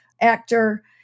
actor